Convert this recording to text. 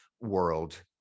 world